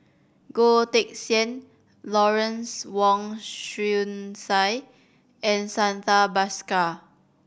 Goh Teck Sian Lawrence Wong Shyun Tsai and Santha Bhaskar